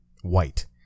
white